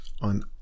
on